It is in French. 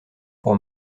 pour